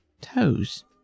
toes